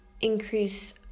increase